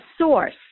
source